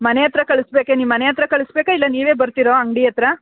ಮನೆ ಹತ್ರ ಕಳಿಸ್ಬೇಕೆ ನಿಮ್ಮ ಮನೆ ಹತ್ರ ಕಳಿಸ್ಬೇಕಾ ಇಲ್ಲ ನೀವೇ ಬರ್ತಿರೋ ಅಂಗಡಿ ಹತ್ರ